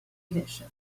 edition